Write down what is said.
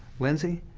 lindsey,